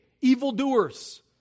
evildoers